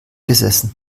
gesessen